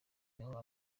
yaho